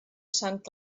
sant